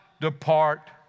depart